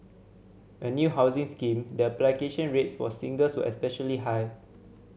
a new housing scheme the application rates for singles especially high